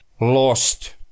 lost